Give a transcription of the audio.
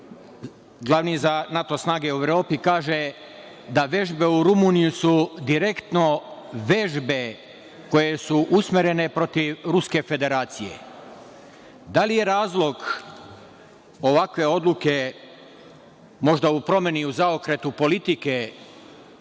glavni za NATO snage u Evropi, kaže da vežbe u Rumuniji su direktno vežbe koje su usmerene protiv Ruske Federacije? Da li je razlog ovakve odluke možda u promeni i u zaokretu politike